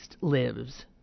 lives